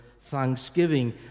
thanksgiving